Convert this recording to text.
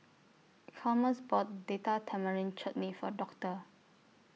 Chalmers bought Date Tamarind Chutney For Doctor